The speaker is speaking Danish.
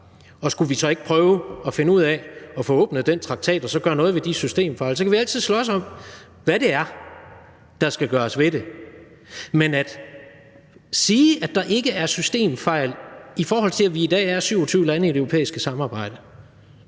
Og skulle vi så ikke prøve at finde ud af at få åbnet den traktat og så gøre noget ved de systemfejl? Så kan vi altid slås om, hvad det er, der skal gøres ved dem. Men at sige, at der ikke er systemfejl, i forhold til at vi i dag er 27 lande i det europæiske samarbejde,